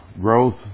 growth